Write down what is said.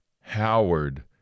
Howard